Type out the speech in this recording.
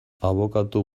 abokatu